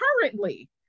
currently